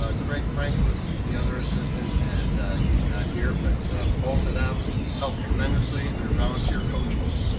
ah craig frankel was the other assistant and he's not here, but both of them helped tremendously. they're volunteer coaches,